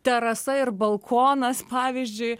terasa ir balkonas pavyzdžiui